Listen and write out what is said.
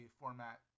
format